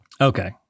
Okay